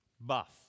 buff